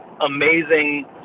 amazing